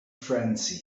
frenzy